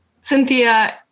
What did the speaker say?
Cynthia